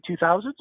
2000s